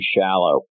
shallow